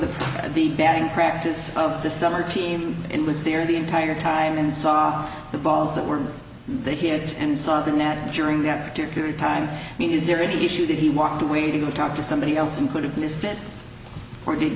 the the batting practice of the summer team and was there the entire time and saw the balls that were there hear it and saw the net during that particular time i mean is there any issue that he walked away to talk to somebody else and could have missed it or